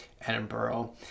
Edinburgh